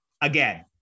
again